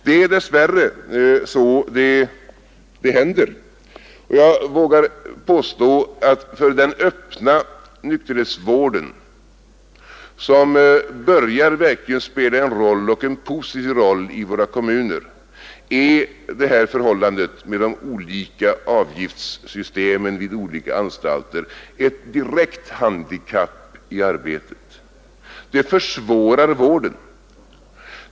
Det är dess värre sådant som händer, och jag vågar påstå att för den öppna nykterhetsvården, som verkligen börjar spela en positiv roll i våra kommuner, är förhållandet med de olika avgiftssystemen vid olika anstalter ett direkt handikapp i arbetet. Det försvårar vården.